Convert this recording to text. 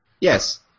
Yes